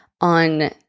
on